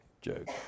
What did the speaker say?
joke